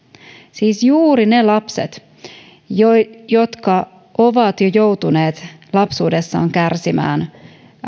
siis juuri ne lapset jotka ovat jo joutuneet lapsuudessaan kärsimään